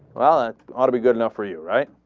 well, that ought to be good enough for you, right?